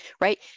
right